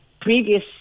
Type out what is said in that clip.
previous